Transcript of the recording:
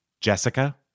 Jessica